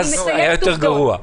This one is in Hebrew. קודם היה יותר גרוע.